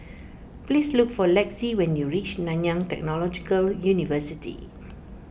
please look for Lexi when you reach Nanyang Technological University